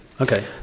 Okay